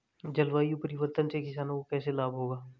जलवायु परिवर्तन से किसानों को कैसे लाभ होगा?